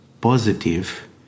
positive